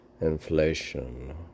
inflation